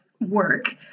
work